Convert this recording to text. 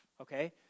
okay